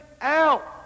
out